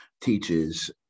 teaches